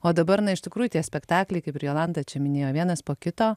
o dabar na iš tikrųjų tie spektakliai kaip ir jolanta čia minėjo vienas po kito